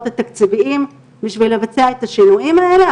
התקציביים בכדי לבצע את השינויים האלה.